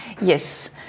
yes